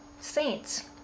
saints